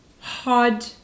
hard